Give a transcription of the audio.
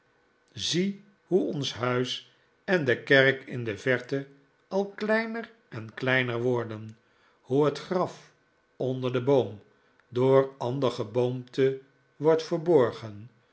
zie hoe ons huis en de kerk in de verte al kleiner en kleiner worden hoe het graf onder den boom door ander geboomte wordt verborgen